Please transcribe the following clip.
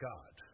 God